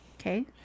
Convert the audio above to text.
Okay